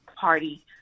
Party